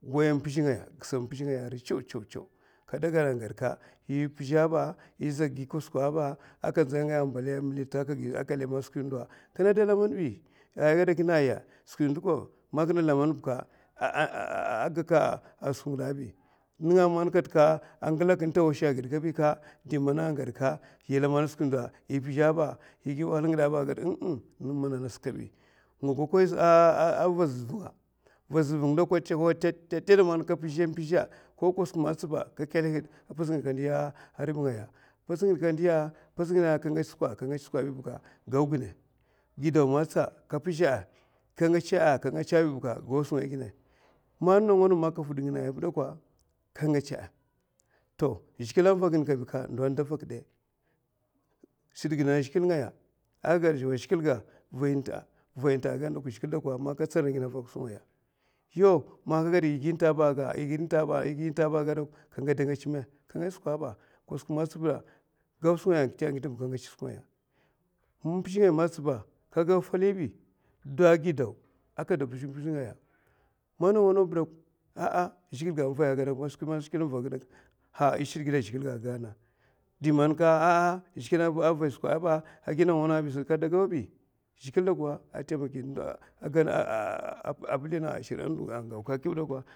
Waya mpizhè ngaya aka gisa mpizhè ngaya ariy chèwchèw. kada gada gasa angaya mpizhè akagada kakaka aka lèmènè a skwi ndo biy, kinè da lamanbay ay gada kinè ayè, a kinè da gada kat kata sè kam, agila kinè tawashè agid, akinè da lamana a skwi ndo ambali biy. yè gi wahala ngidè, ko kosuk magatsa apats ngidè ka kèlè ahud, kaza giya gonè vazaz vunga kam a kèlè hud tèl tèl tèlla, kosuk magatsi man kagiya a pats ngidè kandi riba, nènga'a ngasa. ka pizhè a ka ngèchè ka ngèchè bi bèka ka giya kinè, man nawa nawa man kafud gid ngaya a pa sudakwa, angèmèmè ka ndi vazaz vu ngaya, zhigilè da vak ginè kabi ndo da vak dè? Shudgidè a zhigilè ngaya, vay nta vay nta aka gadana a zhigilè aka tsanri ginè avaka skwi ngaya ayi, yo man yè gi ntaba yè gi ntaba aka da gadkada ngèchmè? Ko nawa nawa bè ka gau fali bi, do gidau ko skwiyè mè skwiyè bè zhigilè ga avay aka gad, di man ka ah zhigilè avay skwa ayè ba ah atèkè ndo ba, kada gaubi a pizlèn asiri ando